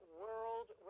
world